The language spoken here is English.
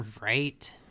Right